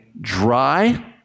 dry